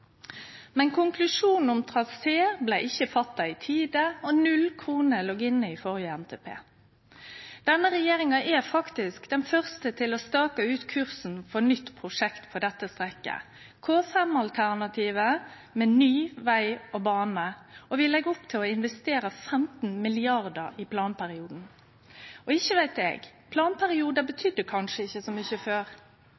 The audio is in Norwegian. Men ein greidde ikkje å få sett i gang planlegging av ny veg og bane på f.eks. E16 Arna–Voss, sjølv om utfordringane var velkjende. Konklusjonen om trasé blei ikkje fatta i tide, og null kroner låg inne i den førre NTP-en. Denne regjeringa er faktisk den første til å stake ut kursen for eit nytt prosjekt på dette strekket, K5-alternativet med ny veg og bane, og vi